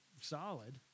solid